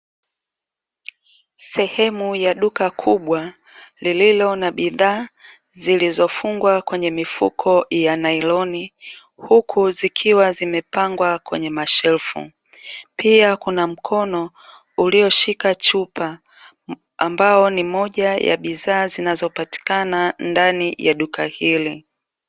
Sehemu ya duka kubwa lililo na bidhaa zilizofungwa kwenye mifuko ya nailoni, huku zikiwa zimepangwa kwenye mashelfu; pia kuna mkono ulioshika chupa ambayo ni moja ya bidhaa zinazopatikana ndani ya duka hili.